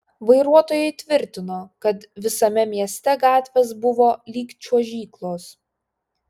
vairuotojai tvirtino kad visame mieste gatvės buvo lyg čiuožyklos